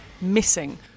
missing